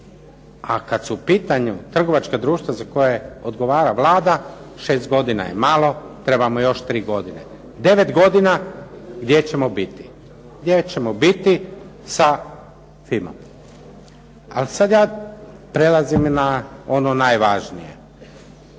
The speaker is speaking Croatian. A kad su u pitanju trgovačka društva za koje odgovara Vlada 6 godina je malo, trebamo još 3 godine. 9 godina, gdje ćemo biti? Gdje ćemo biti sa FINA-om. Ali sad ja prelazim na ono najvažnije.